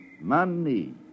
Money